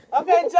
Okay